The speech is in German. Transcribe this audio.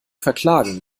verklagen